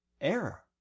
error